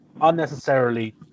Unnecessarily